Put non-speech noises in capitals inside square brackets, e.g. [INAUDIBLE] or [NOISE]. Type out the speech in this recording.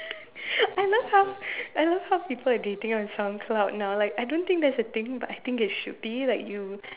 [LAUGHS] I love how I love how people are dating on Soundcloud now like I don't think that's a thing but I think it should be like you